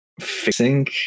fixing